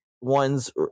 ones